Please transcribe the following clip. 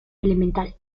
elemental